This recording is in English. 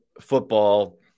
football